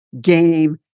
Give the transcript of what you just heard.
game